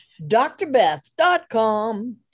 DrBeth.com